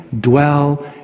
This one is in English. dwell